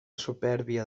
supèrbia